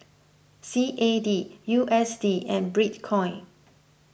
C A D U S D and Bitcoin